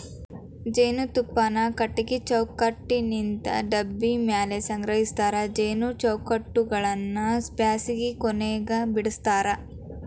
ಜೇನುತುಪ್ಪಾನ ಕಟಗಿ ಚೌಕಟ್ಟನಿಂತ ಡಬ್ಬಿ ಮ್ಯಾಲೆ ಸಂಗ್ರಹಸ್ತಾರ ಜೇನು ಚೌಕಟ್ಟಗಳನ್ನ ಬ್ಯಾಸಗಿ ಕೊನೆಗ ಬಿಡಸ್ತಾರ